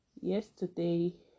yesterday